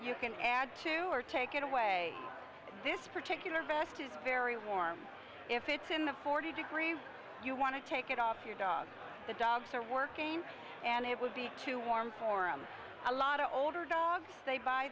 you can add to or take it away this particular vest is very warm if it's in the forty degrees you want to take it off your dogs the dogs are working and it will be too warm for a lot of older dogs they b